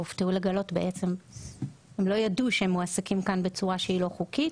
והופתעו לגלות שבעצם הם לא ידעו שהם מועסקים כאן בצורה שהיא לא חוקית,